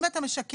אם אתה משקף,